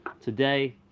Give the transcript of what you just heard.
today